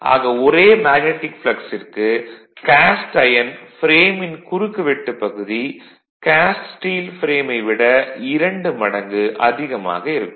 ஆக ஒரே மேக்னடிக் ப்ளக்ஸிற்கு காஸ்ட் ஐயன் ஃப்ரேமின் குறுக்கு வெட்டுப் பகுதி காஸ்ட் ஸ்டீல் ஃப்ரேமை விட இரண்டு மடங்கு அதிகமாக இருக்கும்